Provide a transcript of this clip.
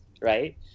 Right